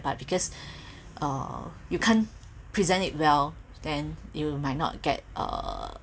but because uh you can't present it well then you might not get uh